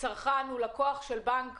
צרכן הוא לקוח של בנק